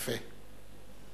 יפה.